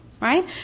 right